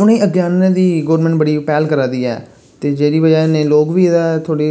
उ'नें अग्गें आह्नने दी गौरमैंट बड़ी पैह्ल करै दी ऐ ते जेह्दी वजह् कन्नै लोक बी एह्दा थोह्ड़ी